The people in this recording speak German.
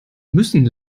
müssen